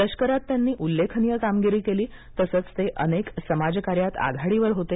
लष्करात त्यांनी उल्लेखनीय कामगिरी केली तसेच ते अनेक समाजकार्यात आघाडीवर होते